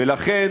ולכן,